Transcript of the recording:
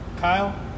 Kyle